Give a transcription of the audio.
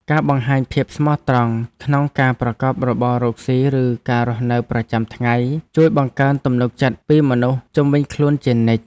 ការបង្ហាញភាពស្មោះត្រង់ក្នុងការប្រកបរបររកស៊ីឬការរស់នៅប្រចាំថ្ងៃជួយបង្កើនទំនុកចិត្តពីមនុស្សជុំវិញខ្លួនជានិច្ច។